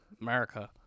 America